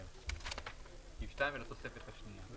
2 ולתוספת השנייה.